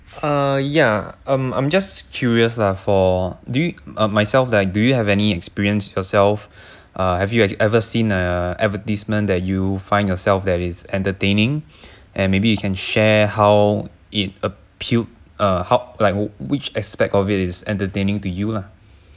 uh ya I'm I'm just curious lah for do you myself that do you have any experience yourself uh have you have you ever seen a advertisement that you find yourself that is entertaining and maybe you can share how it appeared uh how like what which aspect of it is entertaining to you lah